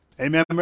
Amen